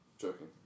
Joking